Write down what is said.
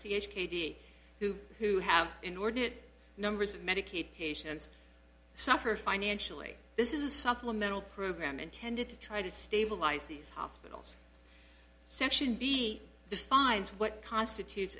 c h katie who who have inordinate numbers of medicaid patients suffer financially this is supplemental program intended to try to stabilize these hospitals section b defines what constitutes